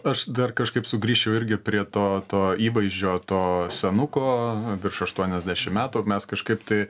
aš dar kažkaip sugrįžčiau irgi prie to to įvaizdžio to senuko virš aštuoniasdešim metų mes kažkaip tai